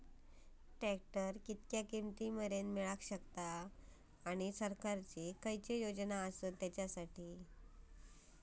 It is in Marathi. ट्रॅक्टर कितक्या किमती मरेन मेळाक शकता आनी सरकारचे कसले योजना आसत त्याच्याखाती?